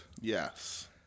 Yes